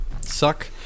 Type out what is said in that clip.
suck